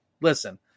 Listen